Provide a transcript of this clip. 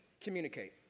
communicate